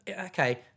okay